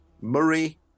Murray